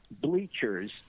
bleachers